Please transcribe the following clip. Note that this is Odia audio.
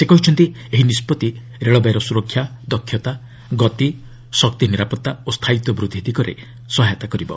ସେ କହିଛନ୍ତି ଏହି ନିଷ୍କଭି ରେଳବାଇର ସୁରକ୍ଷା ଦକ୍ଷତା ଗତି ଶକ୍ତି ନିରାପତ୍ତା ଓ ସ୍ଥାୟିତ୍ୱ ବୃଦ୍ଧି ଦିଗରେ ସହାୟତା କରିବ